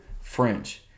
French